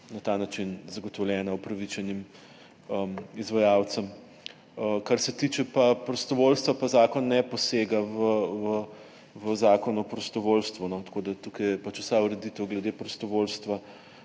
na ta način zagotovljena upravičenim izvajalcem. Kar se pa tiče prostovoljstva, pa zakon ne posega v Zakon o prostovoljstvu, tako da je vsa ureditev glede prostovoljstva